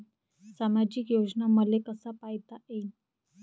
सामाजिक योजना मले कसा पायता येईन?